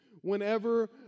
whenever